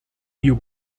you